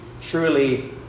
truly